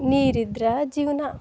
ನೀರಿದ್ರೆ ಜೀವನ